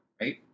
right